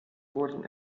wurden